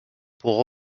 pour